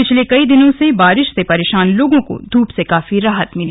पिछले कई दिनों से बारिश से परेशान लोगों को धूप से काफी राहत मिली